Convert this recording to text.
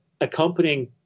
accompanying